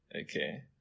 Okay